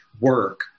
work